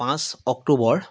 পাঁচ অক্টোবৰ